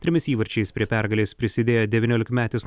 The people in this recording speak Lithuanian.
trimis įvarčiais prie pergalės prisidėjo devyniolikmetis